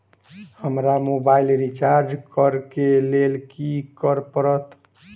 हमरा mobile recharge करऽ केँ लेल की करऽ पड़त?